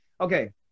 okay